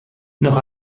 noch